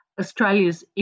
Australia's